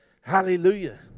Hallelujah